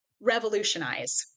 revolutionize